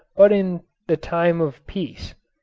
but in the time of peace.